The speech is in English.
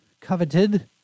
coveted